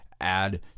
add